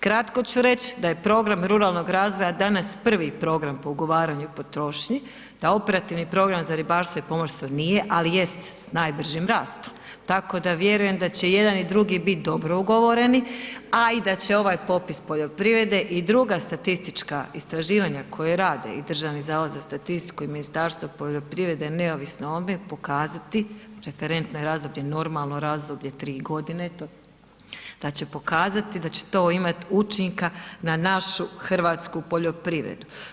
Kratko ću reć da je program ruralnog razvoja danas prvi program po ugovaranju i potrošnji, da operativni program za ribarstvo i pomorstvo nije, ali jest s najbržim rastom, tako da vjerujem da će i jedan i drugi bit dobro ugovoreni, a i da će ovaj popis poljoprivrede i druga statistička istraživanja koje rade i Državni zavod za statistiku i Ministarstvo poljoprivrede neovisno o ovome, pokazati, referentno je razdoblje, normalno razdoblje je 3.g., da će pokazati da će to imat učinka na našu hrvatsku poljoprivredu.